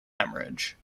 hemorrhage